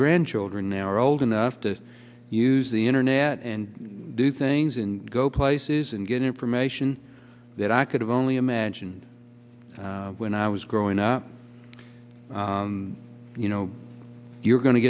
grandchildren now are old enough to use the internet and do things in go places and get information that i could have only imagined when i was growing up you know you're go